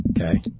okay